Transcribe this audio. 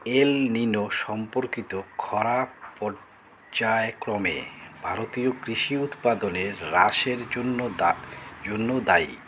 এল Nino সম্পর্কিত খরা পর্যায়ক্রমে ভারতীয় কৃষি উৎপাদনের হ্রাসের জন্য জন্য দায়ী